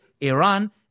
Iran